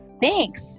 Thanks